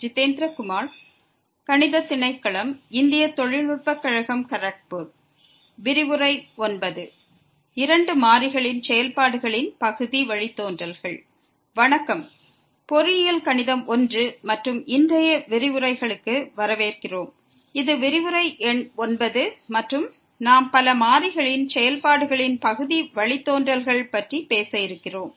வணக்கம் பொறியியல் கணிதம் I மற்றும் இன்றைய விரிவுரைகளுக்கு வரவேற்கிறோம் இது விரிவுரை எண் 9 மற்றும் நாம் பல மாறிகளின் செயல்பாடுகளின் பகுதி வழித்தோன்றல்கள் பற்றி பேச இருக்கிறோம்